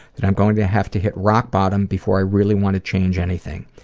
that i'm going to have to hit rock bottom before i really wanna change anything